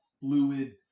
fluid